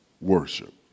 worship